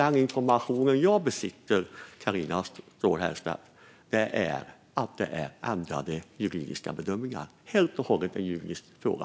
Den information som jag besitter, Carina Ståhl Herrstedt, är att det handlar om ändrade juridiska bedömningar, att det helt och hållet är en juridisk fråga.